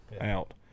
out